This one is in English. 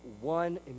one